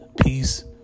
peace